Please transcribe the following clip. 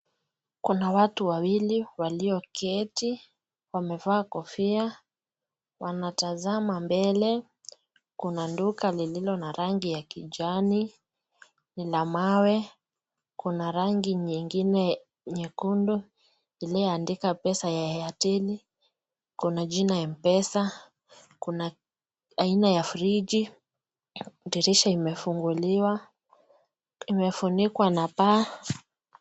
Kuna watu wawili walioketi wamevaa kofia wanatazama mbele kuna duka lilo na rangi ya kijani ni la mawe. Kuna rangi nyingine nyekundu iliyoandikwa jina ya pesa ya airtel kuna jina mpesa, kuna aina ya friji dirisha imefunguliwa imefunika na paa.